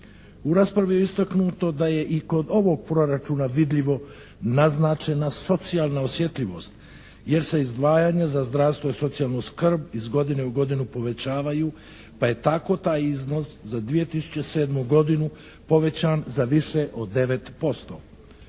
U raspravi je istaknuto da je i kod ovog proračuna vidljivo naznačena socijalna osjetljivost jer se izdvajanja za zdravstvo i socijalnu skrb iz godine u godinu povećavaju pa je tako taj iznos za 2007. godinu povećan za više od 9%.